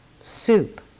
Soup